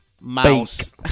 Mouse